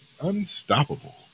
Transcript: Unstoppable